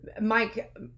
Mike